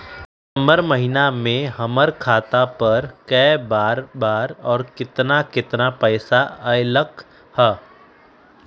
सितम्बर महीना में हमर खाता पर कय बार बार और केतना केतना पैसा अयलक ह?